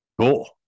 Cool